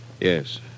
Yes